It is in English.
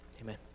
amen